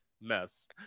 Mess